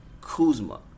Kuzma